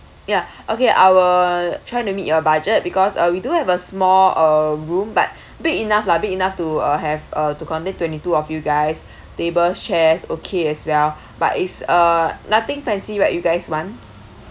ya okay I will try to meet your budget because uh we do have a small uh room but big enough lah big enough to uh have uh to conduct twenty two of you guys tables chairs okay as well but it's uh nothing fancy right you guys want